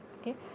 okay